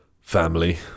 family